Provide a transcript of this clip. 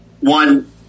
one